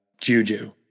Juju